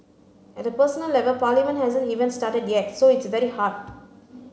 at a personal level Parliament hasn't even started yet so it's very hard